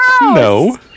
No